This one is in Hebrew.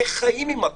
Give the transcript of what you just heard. איך חיים איתה?